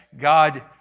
God